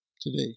today